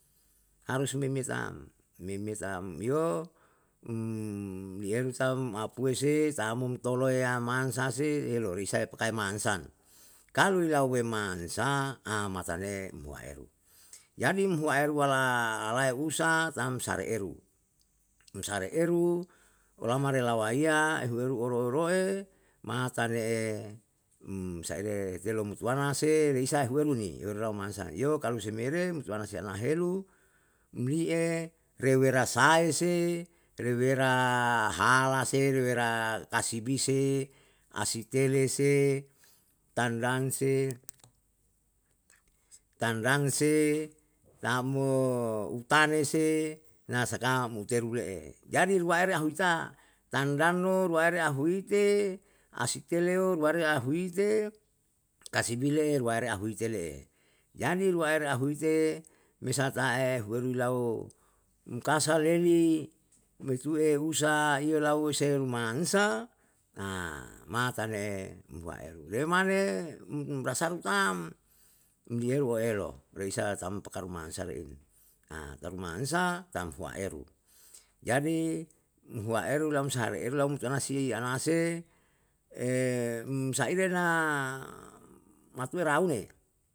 Harus mimi tam, mimi tam yo i eru tam apue se tamum tolo yamansa se elo isae pakae mansa, kalu ilaue mansa, amatane umwaeru. Jadi umwaeru wala alae usa tam sa re eru, tamsa re eru olama rewalaiya ehu eru oro roe matane saele telo mutuana se lisa ehuwem ni, yo lau mansa iyo, kalu semere mutuana si ana helu, mi'e rewersai se, rewera hala se, rewera kasibi se, asitele se, tandan se, tandan se tam mo utane se, na saka muteru le'e. Jadi luaere ahuita, tandano luaere ahuite, asiteleo luere ahuite, kasbi le'e luaere ahuite le'e. Jadi luaere ahuite misal ta'e luere lau kasaleli me tuwe usa iyo lau se mansa matane umluaeru. Re mane um umrasau tam umliyeru waelo reisa tam pakaru mansa le eru. ta rumansa tam huaeru, jadi umhuaeru lam sa laeru tanasi anase, um saire na matue raune